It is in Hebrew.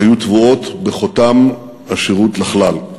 היו טבועות בחותם השירות לכלל.